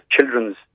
children's